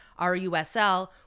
RUSL